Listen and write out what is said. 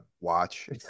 watch